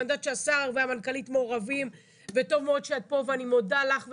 ואני יודעת שהשר והמנכ"לית מעורבים וטוב מאוד שאת פה ואני מודה לך ולשר,